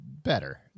better